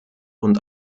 und